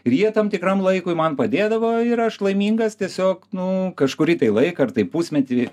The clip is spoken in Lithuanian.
ir jie tam tikram laikui man padėdavo ir aš laimingas tiesiog nu kažkurį laiką ar tai pusmetį